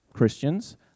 Christians